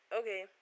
okay